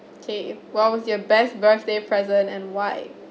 kay what was your best birthday present and why